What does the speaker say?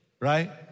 right